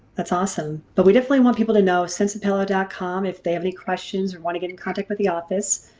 that's awesome but we definitely want people to know, senzapelo dot com if they have any questions or want to get in contact with the office.